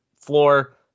floor